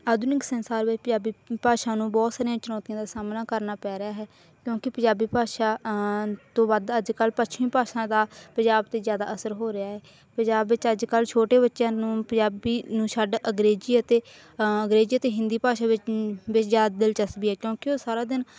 ਆਧੁਨਿਕ ਸੰਸਾਰ ਵਿੱਚ ਪੰਜਾਬੀ ਭਾਸ਼ਾ ਨੂੰ ਬਹੁਤ ਸਾਰੀਆਂ ਚੁਣੌਤੀਆਂ ਦਾ ਸਾਹਮਣਾ ਕਰਨਾ ਪੈ ਰਿਹਾ ਹੈ ਕਿਉਂਕਿ ਪੰਜਾਬੀ ਭਾਸ਼ਾ ਤੋਂ ਵੱਧ ਅੱਜ ਕੱਲ ਪੱਛਮੀ ਭਾਸ਼ਾ ਦਾ ਪੰਜਾਬ 'ਤੇ ਜ਼ਿਆਦਾ ਅਸਰ ਹੋ ਰਿਹਾ ਹੈ ਪੰਜਾਬ ਵਿੱਚ ਅੱਜ ਕੱਲ ਛੋਟੇ ਬੱਚਿਆਂ ਨੂੰ ਪੰਜਾਬੀ ਨੂੰ ਛੱਡ ਅੰਗਰੇਜ਼ੀ ਅਤੇ ਅੰਗਰੇਜ਼ੀ ਅਤੇ ਹਿੰਦੀ ਭਾਸ਼ਾ ਵਿੱਚ ਵਿੱਚ ਜ਼ਿਆਦਾ ਦਿਲਚਸਪੀ ਹੈ ਕਿਉਂਕਿ ਉਹ ਸਾਰਾ ਦਿਨ